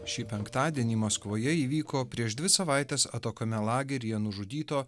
šį penktadienį maskvoje įvyko prieš dvi savaites atokiame lageryje nužudyto